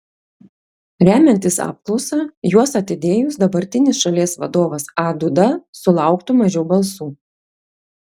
remiantis apklausa juos atidėjus dabartinis šalies vadovas a duda sulauktų mažiau balsų